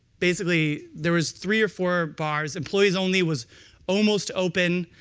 basically, there was three or four bars employees only was almost open,